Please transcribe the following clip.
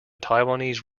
taiwanese